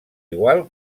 igual